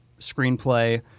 screenplay